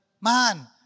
man